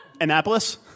Annapolis